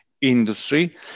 industry